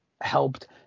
helped